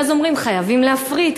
ואז אומרים: חייבים להפריט,